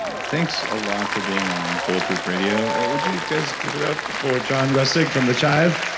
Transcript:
thanks a lot for being on bulletproof radio. would you guys give it up for john resig from thechive?